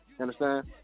understand